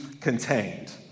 contained